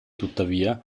tuttavia